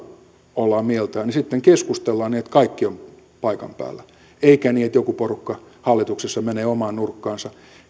mieltä ollaan niin sitten keskustellaan niin että kaikki ovat paikan päällä eikä niin että joku porukka hallituksessa menee omaan nurkkaansa